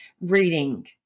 reading